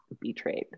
betrayed